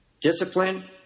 discipline